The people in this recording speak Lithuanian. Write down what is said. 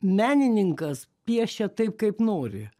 menininkas piešia taip kaip nori